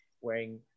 wearing